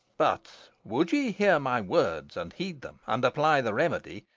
but would ye hear my words and heed them and apply the remedy,